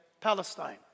Palestine